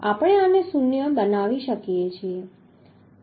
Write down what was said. આપણે આને શૂન્ય બનાવી શકીએ છીએ